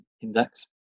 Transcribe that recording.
index